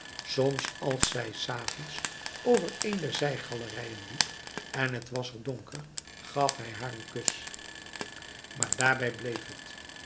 soms als zij s avonds over een der zijgalerijen liep en het was er donker gaf hij haar een kus maar daarbij bleef het